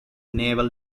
naval